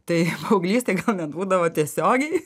tai paauglystėj gal net būdavo tiesiogiai